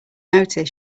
notice